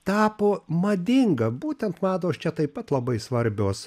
tapo madinga būtent mados čia taip pat labai svarbios